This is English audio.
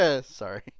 sorry